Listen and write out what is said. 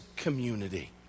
community